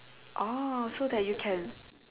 orh so that you can